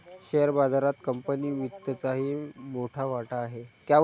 share बाजारात company वित्तचाही मोठा वाटा आहे